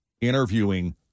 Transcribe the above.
interviewing